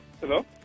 Hello